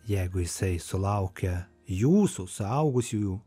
jeigu jisai sulaukia jūsų suaugusiųjų